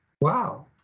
wow